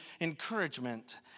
encouragement